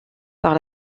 par